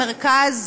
לעומת המרכז,